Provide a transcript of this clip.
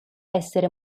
essere